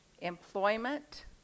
employment